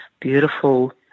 beautiful